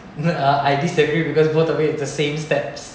I I disagree because both of it is the same steps